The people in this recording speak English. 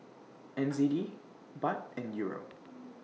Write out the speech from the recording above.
N Z D Baht and Euro